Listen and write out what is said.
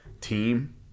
team